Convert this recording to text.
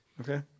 Okay